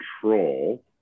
control